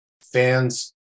fans